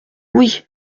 oui